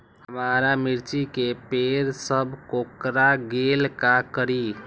हमारा मिर्ची के पेड़ सब कोकरा गेल का करी?